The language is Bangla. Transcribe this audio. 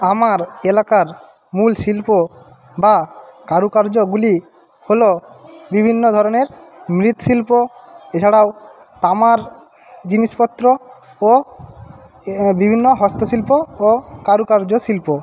আমার এলাকার মূল শিল্প বা কারুকার্যগুলি হলো বিভিন্ন ধরণের মৃৎশিল্প এছাড়াও তামার জিনিসপত্র ও বিভিন্ন হস্তশিল্প ও কারুকার্য শিল্প